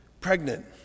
pregnant